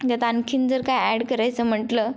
त्यात आणखीन जर काय ॲड करायचं म्हटलं